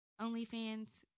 OnlyFans